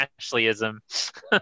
Ashleyism